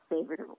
Favorite